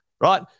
right